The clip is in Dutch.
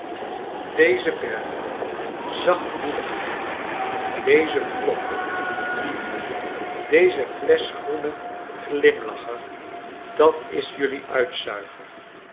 deze berg kleine dokrit zachtmoedigheid deze klomp liefde deze flesch groene glimlacher dat in jullie uitz uiger